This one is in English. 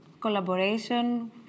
collaboration